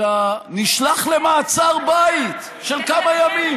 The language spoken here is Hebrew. אלא נשלח למעצר בית, של כמה ימים?